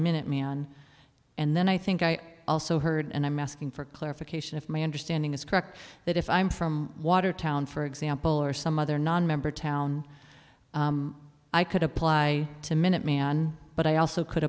minuteman and then i think i also heard and i'm asking for clarification if my understanding is correct that if i'm from watertown for example or some other nonmember town i could apply to minuteman but i also could